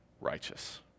righteous